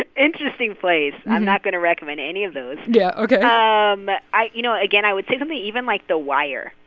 ah interesting place. i'm not going to recommend any of those yeah. ok um but i you know, again, i would say something even like the wire.